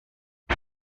det